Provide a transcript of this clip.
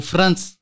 France